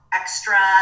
extra